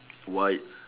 white